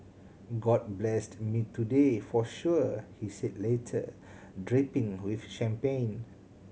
god blessed me today for sure he said later dripping with champagne